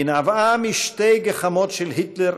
היא נבעה משתי גחמות של היטלר